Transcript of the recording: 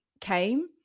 came